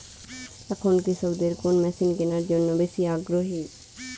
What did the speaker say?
এখন কৃষকদের কোন মেশিন কেনার জন্য বেশি আগ্রহী?